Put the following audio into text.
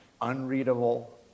unreadable